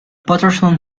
patterson